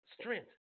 Strength